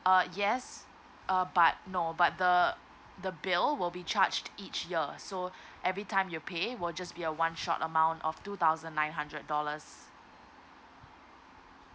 uh yes uh but no but the the bill will be charged each year so every time you pay will just be a one shot amount of two thousand nine hundred dollars